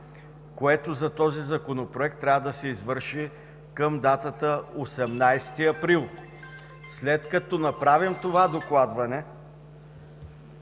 което за този Законопроект трябва да се извърши към датата 18 април. След като направим това докладване